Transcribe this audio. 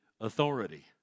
authority